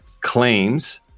claims